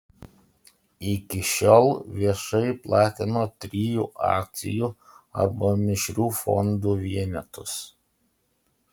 iki šiol viešai platino trijų akcijų arba mišrių fondų vienetus